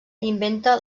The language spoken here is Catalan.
inventa